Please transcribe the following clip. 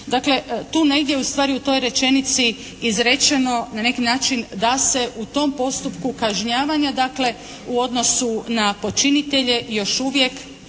Dakle tu negdje ustvari u toj rečenici izrečeno na neki način da se u tom postupku kažnjavanja dakle u odnosu na počinitelje još uvijek